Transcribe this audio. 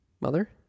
Mother